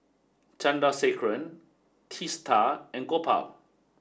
Chandrasekaran Teesta and Gopal